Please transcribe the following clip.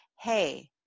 hey